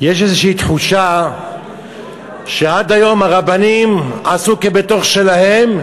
יש איזושהי תחושה שעד היום הרבנים עשו כבתוך שלהם,